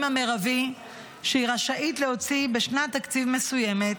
המרבי שהיא רשאית להוציא בשנת תקציב מסוימת,